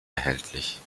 erhältlich